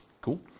Cool